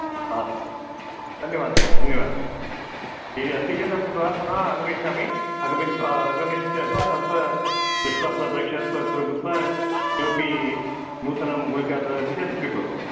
अस्तु धन्यवादः महोदयः धन्यवादः यदि अस्ति चेत् अहं पुनः श्वः आगमिष्यामि आगमिष्य तदनन्तर दृष्ट्वा पुः परीक्षा क कृत्वा किमपि नूतनं गुलिकां ददाति चेत् स्वीकरोमि